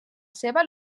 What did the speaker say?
seva